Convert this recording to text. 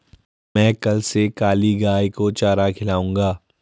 मैं कल से काली गाय को चारा खिलाऊंगा